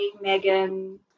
Megan